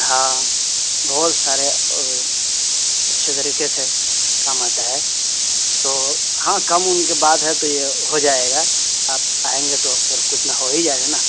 ہاں بہت سارے اور اچھی طریقے سے کام آتا ہے تو ہاں کم وم کی بات ہے تو یہ ہو جائے گا آپ آئیں گے تو پھر کچھ نا ہو ہی جائے گا نا